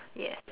ya